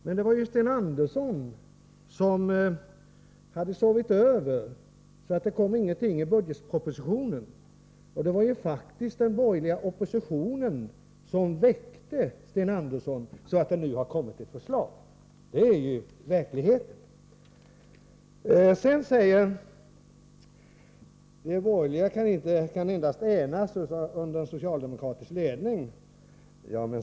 Men det var ju Sten Andersson som hade sovit över, för det kom ingenting i budgetpropositionen. Det var faktiskt den borgerliga oppositionen som väckte Sten Andersson, så att det nu har kommit ett förslag. Det är verkligheten. Sedan säger han att de borgerliga endast kan enas under socialdemokratisk ledning.